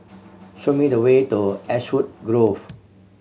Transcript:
show me the way to Ashwood Grove